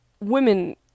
women